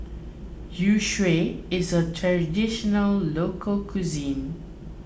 Youtiao is a Traditional Local Cuisine